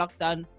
lockdown